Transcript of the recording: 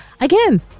again